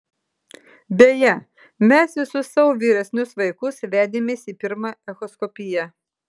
beje mes visus savo vyresnius vaikus vedėmės į pirmą echoskopiją